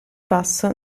passo